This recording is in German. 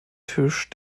tisch